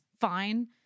fine